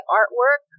artwork